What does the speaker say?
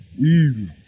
Easy